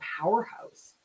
powerhouse